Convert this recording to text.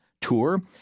tour